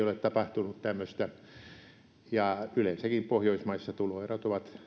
ole tapahtunut tämmöistä yleensäkin pohjoismaissa tuloerot ovat